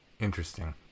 Interesting